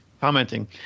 commenting